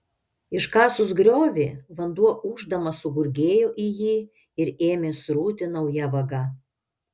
iškasus griovį vanduo ūždamas sugurgėjo į jį ir ėmė srūti nauja vaga